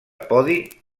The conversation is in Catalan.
podi